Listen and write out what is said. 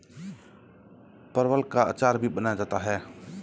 परवल का अचार भी बनाया जाता है